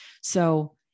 So-